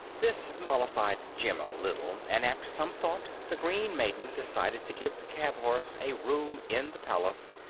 this mollified jim little, and after some thought the green maiden decided to give the cab-horse a room in the palace,